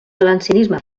valencianisme